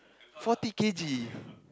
forty k_g